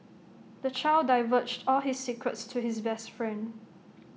the child divulged all his secrets to his best friend